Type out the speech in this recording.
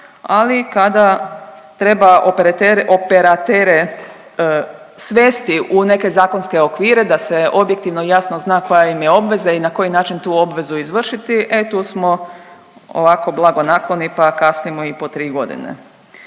ali kada treba operatere svesti u neke zakonske okvire da se objektivno i jasno zna koja im je obveza i na koji način tu obvezu izvršiti, e tu smo ovako blagonakloni pa kasnimo i po tri godine.